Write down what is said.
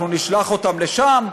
אנחנו נשלח אותם לשם?